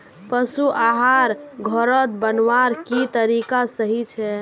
पशु आहार घोरोत बनवार की तरीका सही छे?